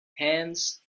hands